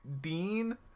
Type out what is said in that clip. Dean